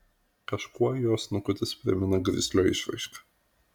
kažkuo jo snukutis primena grizlio išraišką